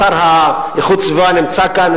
ואוויר נקי, השר לאיכות הסביבה נמצא כאן,